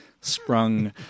sprung